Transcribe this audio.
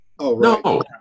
No